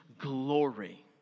glory